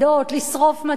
לשרוף מטעים.